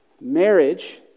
Marriage